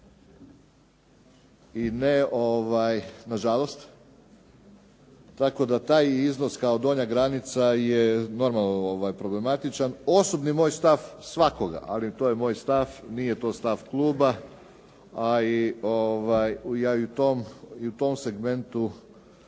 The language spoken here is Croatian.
I nažalost, tako da taj iznos kao donja granica je normalno problematičan. Osobni moj stav svakoga ali to je moj stav, nije to stav kluba ali ja i u tom segmentu